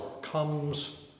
comes